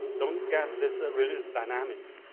don't get this religious dynamics.